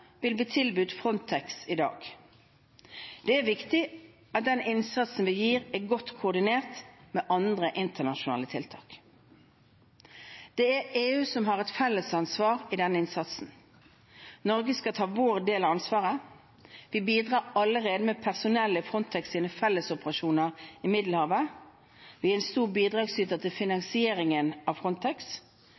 vil bli tilbudt Frontex i dag. Det er viktig at den innsatsen vi gir, er godt koordinert med andre internasjonale tiltak. Det er EU som har et felles ansvar i denne innsatsen. Vi i Norge skal ta vår del av ansvaret. Vi bidrar allerede med personell i Frontex sine fellesoperasjoner i Middelhavet. Vi er en stor bidragsyter til finansieringen av Frontex.